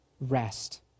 rest